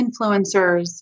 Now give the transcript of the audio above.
influencers